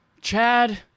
Chad